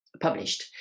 published